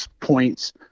points